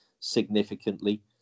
significantly